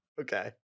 Okay